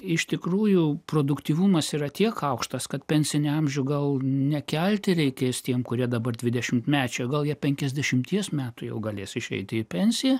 iš tikrųjų produktyvumas yra tiek aukštas kad pensinį amžių gal nekelti reikės tiems kurie dabar dvidešimtmečiai gal jau penkiasdešimties metų jau galės išeiti į pensiją